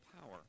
power